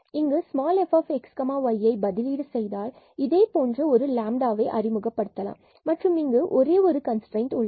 இங்கு fxy இதை பதிலீடு செய்தால் இதைப்போன்ற ஒரு லாம்டாவை அறிமுகப்படுத்தலாம் மற்றும் இங்கு ஒரே ஒரு கன்ஸ்ட்ரைன்ட் உள்ளது